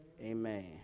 Amen